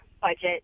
budget